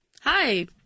Hi